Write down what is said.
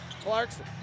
Clarkson